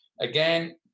again